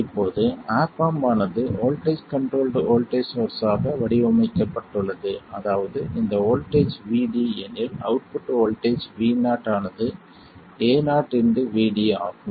இப்போது op amp ஆனது voltage controlled voltage source ஆக வடிவமைக்கப்பட்டுள்ளது அதாவது இந்த வோல்ட்டேஜ் Vd எனில் அவுட்புட் வோல்ட்டேஜ் Vo ஆனது Ao Vd ஆகும்